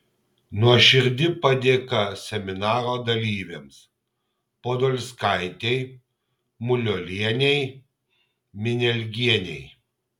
nuoširdi padėka seminaro dalyvėms podolskaitei muliuolienei minialgienei